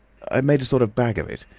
made a sort of bag of it.